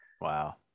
Wow